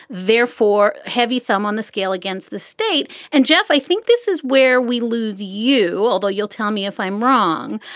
therefore, heavy thumb on the scale against the state. and jeff, i think this is where we lose you, although you'll tell me if i'm wrong,